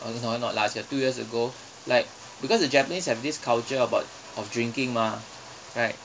oh no no not last year two years ago like because the japanese have this culture about of drinking mah right